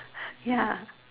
ya